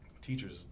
teachers